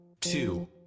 two